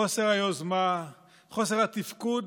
חוסר היוזמה, חוסר התפקוד,